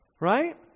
right